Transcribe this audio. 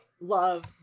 love